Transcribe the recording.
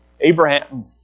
Abraham